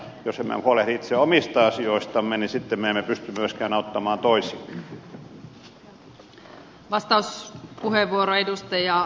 jos emme huolehdi itse omista asioistamme niin sitten me emme pysty myöskään auttamaan toisia